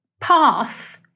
path